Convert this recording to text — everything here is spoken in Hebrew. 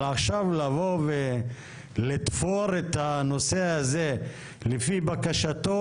אבל עכשיו לבוא ולתפור את הנושא הזה לפי בקשתו